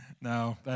No